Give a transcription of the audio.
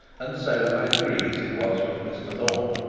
and so by degrees it was with mr thorne.